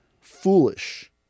Foolish